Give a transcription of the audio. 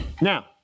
Now